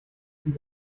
sie